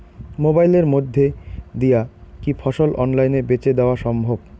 মোবাইলের মইধ্যে দিয়া কি ফসল অনলাইনে বেঁচে দেওয়া সম্ভব?